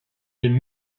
dem